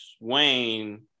Wayne